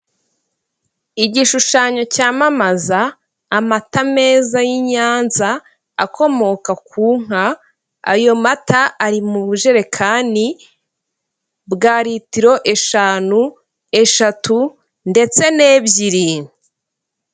Igishushanyo cyamamaza amata meza y' i Nyanza akomoka ku nka ayo amata ari mu bujerekani bwa lititiro eshanu, eshatu ndetse n'ebyiri.